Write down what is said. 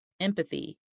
Empathy